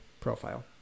profile